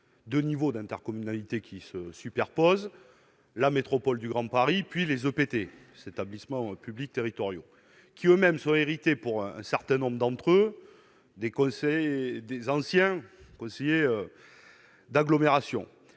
de niveaux d'intercommunalités qui se superposent : la métropole du Grand Paris, puis les OPT s'établissements publics territoriaux qui eux-mêmes sont irrités, pour un certain nombre d'entre eux d'Écossais, des anciens conseillers d'agglomération